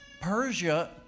Persia